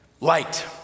light